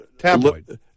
tabloid